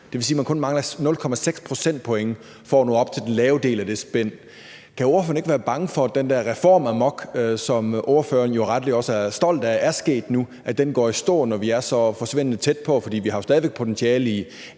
Det vil sige, at man kun mangler 0,6 procentpoint for at nå op til den lave ende af det spænd. Kan ordføreren ikke være bange for, at den der reformamok, som ordføreren jo rettelig også er stolt af er sket nu, går i stå, når vi er så forsvindende tæt på? For vi har jo stadig væk potentiale i